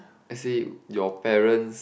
let's say your parents